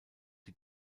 die